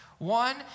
One